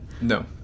No